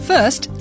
First